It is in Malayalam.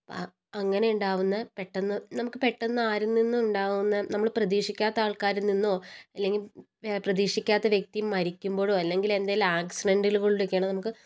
അപ്പം അങ്ങനെയുണ്ടാകുന്ന പെട്ടന്ന് നമുക്ക് പെട്ടന്ന് ആരിൽ നിന്നുണ്ടാകുന്ന നമ്മള് പ്രതീക്ഷിക്കാത്ത ആൾക്കാരിൽ നിന്നോ അല്ലെങ്കിൽ പ്രതീക്ഷിക്കാത്ത വ്യക്തി മരിക്കുമ്പൊഴോ അല്ലങ്കില് എന്തേലും ആക്സിഡൻറ്റിൽ കൂടൊക്കെയാണ് നമുക്ക്